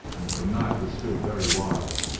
and that the night was still very wild.